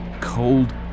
cold